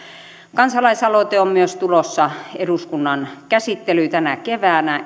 kansalaisaloite on myös tulossa eduskunnan käsittelyyn tänä keväänä